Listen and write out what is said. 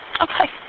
Okay